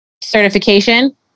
certification